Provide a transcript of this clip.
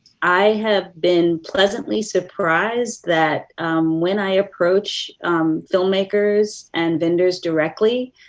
i have been pleasantly surprised that when i approach film makers and vendors directly,